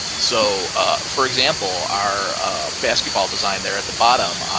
so ah for example, our basketball design there at the bottom,